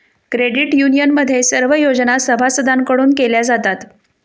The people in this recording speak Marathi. क्रेडिट युनियनमध्ये सर्व योजना सभासदांकडून केल्या जातात